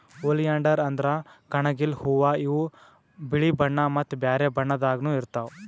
oleander ಅಂದ್ರ ಕಣಗಿಲ್ ಹೂವಾ ಇವ್ ಬಿಳಿ ಬಣ್ಣಾ ಮತ್ತ್ ಬ್ಯಾರೆ ಬಣ್ಣದಾಗನೂ ಇರ್ತವ್